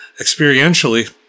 experientially